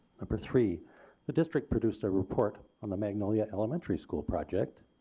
number three the district produced a report on the magnolia elementary school project.